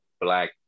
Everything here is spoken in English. black